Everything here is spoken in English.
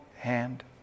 hand